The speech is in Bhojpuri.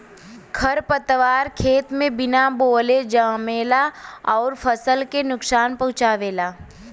खरपतवार खेते में बिना बोअले जामेला अउर फसल के नुकसान पहुँचावेला